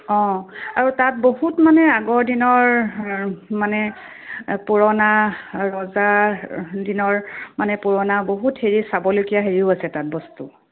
অঁ আৰু তাত বহুত মানে আগৰ দিনৰ মানে পুৰণা ৰজাৰ দিনৰ মানে পুৰণা বহুত হেৰি চাবলগীয়া হেৰিও আছে তাত বস্তু